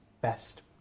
best